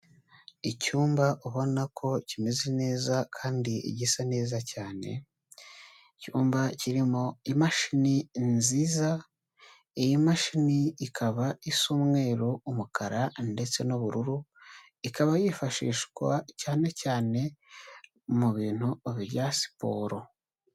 Icyumba ubona ko kimeze neza kandi gisa neza cyane, icyumba kirimo imashini nziza, iyi mashini ikaba isa umweru, umukara ndetse n'ubururu, ikaba yifashishwa cyane cyane mu bintu bya siporo.